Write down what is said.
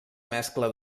mescla